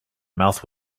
mouth